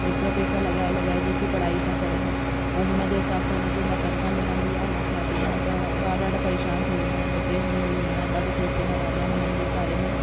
हेतिरा पैसा लॻाए लॻाए जेकी पढ़ाई था करनि पर हुन जे हिसाब सां उन्हनि खे न तंख़्वाह मिलंदी आहे न छा थींदो त ॿार ॾाढा परेशान थी वेंदा आहिनि डिप्रेशन में बि वेंदा आहिनि ॾाढो सोचंदा रहंदा आहिनि उन्हनि जे बारे में